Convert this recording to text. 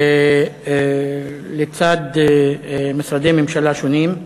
לצד משרדי ממשלה שונים,